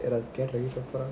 record ல இருக்கா:la iruka